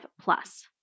plus